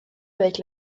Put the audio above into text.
avec